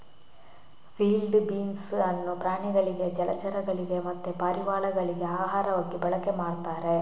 field beans ಅನ್ನು ಪ್ರಾಣಿಗಳಿಗೆ ಜಲಚರಗಳಿಗೆ ಮತ್ತೆ ಪಾರಿವಾಳಗಳಿಗೆ ಆಹಾರವಾಗಿ ಬಳಕೆ ಮಾಡ್ತಾರೆ